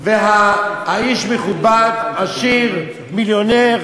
והאיש מכובד, עשיר, מיליונר,